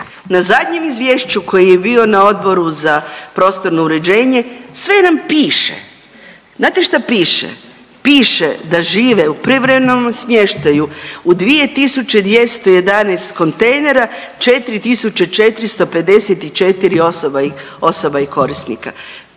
Na zadnjem izvješću koji je bio na Odboru za prostorno uređenje sve nam piše. Znate šta piše? Piše da žive u privremenom smještaju u 2.211 kontejnera 4.454 osoba i korisnika,